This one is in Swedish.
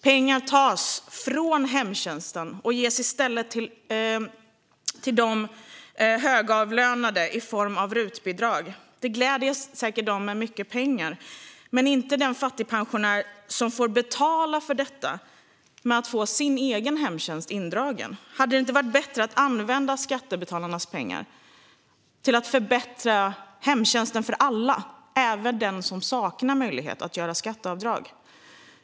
Pengar tas från hemtjänsten och ges i stället till de högavlönade i form av RUT-bidrag. Det gläder säkert den med mycket pengar men inte den fattigpensionär som får betala för detta med att få sin hemtjänst indragen. Hade det inte varit bättre att använda skattebetalarnas pengar till att förbättra hemtjänsten för alla, även dem som saknar möjlighet att göra skatteavdrag?